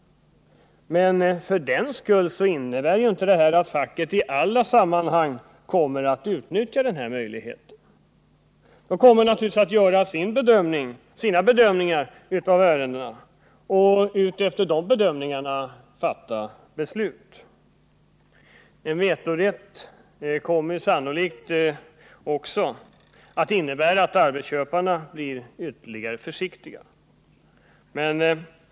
Men det innebär för den skull inte att facket i alla sammanhang kommer att utnyttja denna möjlighet. Facket kommer naturligtvis att göra sina bedömningar av ärendena och utifrån de bedömningarna fatta beslut. En vetorätt kommer sannolikt också att innebära att arbetsköparna blir ännu försiktigare.